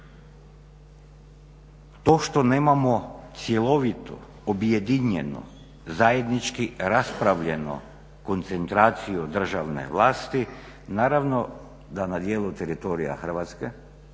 To što nemamo cjelovito, objedinjeno zajednički raspravljeno koncentraciju državne vlasti naravno da na dijelu teritorija Hrvatske